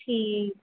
ਠੀਕ